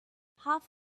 half